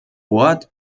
ort